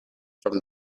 from